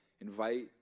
invite